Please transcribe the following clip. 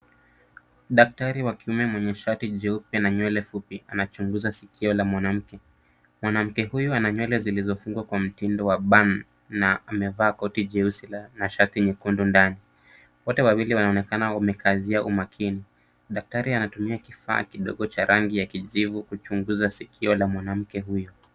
Daktari wa kiume mwenye shati jeupe na nywele fupi anachunguza sikio la mwanamke. Mwanamke huyu ana nywele zilizofungwa kwa mtindo wa bun na amevaa koti nyeusi na shati jekundu ndani. Wote wawili wanaonekana wamekazia umakini. Daktari anatumia kifaa kidogo cha rangi ya kijivu kuchunguza sikio la mwanamke huyu.